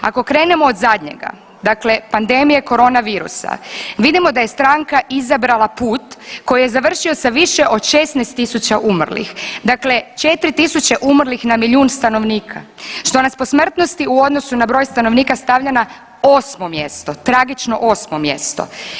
Ako krenemo od zadnjega, dakle pandemije koronavirusa vidimo da je „stranka izabrala put“ koji je završio sa više od 16 tisuća umrlih, dakle 4 tisuće umrlih na milijun stanovnika, što nas po smrtnosti u odnosu na broj stanovnika stavlja na 8. mjesto, tragično 8. mjesto.